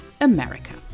America